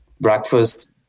breakfast